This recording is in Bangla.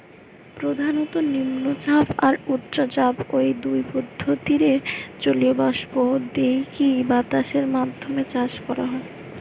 প্রধানত নিম্নচাপ আর উচ্চচাপ, ঔ দুই পদ্ধতিরে জলীয় বাষ্প দেইকি বাতাসের মাধ্যমে চাষ করা হয়